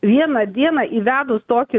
vieną dieną įvedus tokį